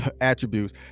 attributes